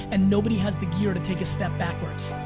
and nobody has the gear to take a step backwards.